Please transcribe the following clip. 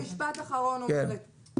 אני במשפט אחרון אומרת,